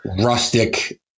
rustic